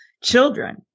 children